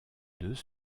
deux